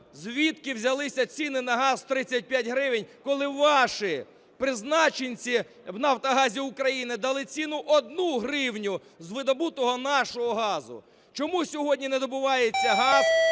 звідки взялися ціни на газ 35 гривень, коли ваші призначенці в Нафтогазі України дали ціну 1 гривню з видобутого нашого газу. Чому сьогодні не добувається газ,